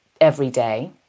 everyday